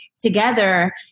together